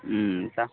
হুম তা